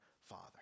Father